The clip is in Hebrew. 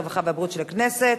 הרווחה והבריאות נתקבלה.